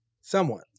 somewhat